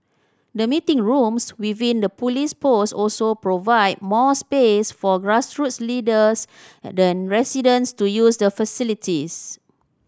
the meeting rooms within the police post also provide more space for grassroots leaders than residents to use the facilities